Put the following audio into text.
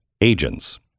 agents